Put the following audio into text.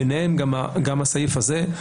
ביניהם גם הסעיף הזה.